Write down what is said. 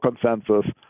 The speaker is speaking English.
consensus